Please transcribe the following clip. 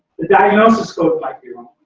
the diagnosis goes back to